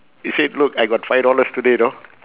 you said look I got five dollars today know